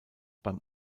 beim